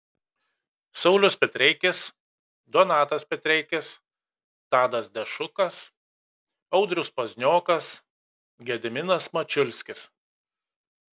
saulius petreikis donatas petreikis tadas dešukas audrius pazniokas gediminas mačiulskis